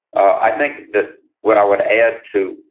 i think that what i would add to,